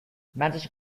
manchester